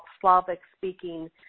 Slavic-speaking